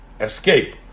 escape